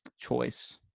choice